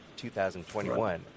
2021